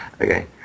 Okay